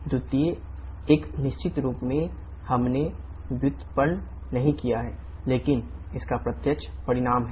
द्वितीय एक निश्चित रूप से हमने व्युत्पन्न नहीं किया है लेकिन इसका प्रत्यक्ष परिणाम है